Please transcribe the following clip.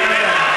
סיימת?